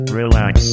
relax